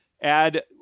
add